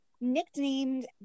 nicknamed